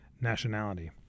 nationality